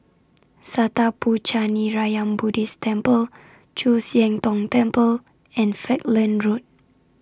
Sattha Puchaniyaram Buddhist Temple Chu Siang Tong Temple and Falkland Road